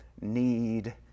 need